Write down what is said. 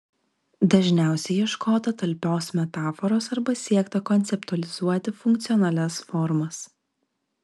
dažniausiai ieškota talpios metaforos arba siekta konceptualizuoti funkcionalias formas